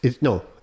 No